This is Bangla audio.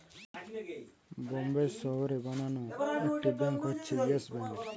বোম্বের শহরে বানানো একটি ব্যাঙ্ক হচ্ছে ইয়েস ব্যাঙ্ক